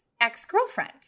ex-girlfriend